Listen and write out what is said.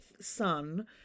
son